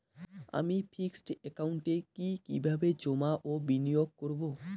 আমি ফিক্সড একাউন্টে কি কিভাবে জমা ও বিনিয়োগ করব?